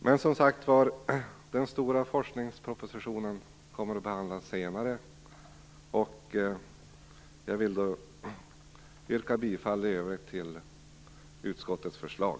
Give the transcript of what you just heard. Men den stora forskningspropositionen kommer som sagt att behandlas senare, och jag vill i övrigt yrka bifall utskottets förslag.